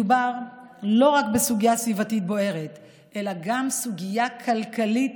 מדובר לא רק בסוגיה סביבתית בוערת אלא גם בסוגיה כלכלית,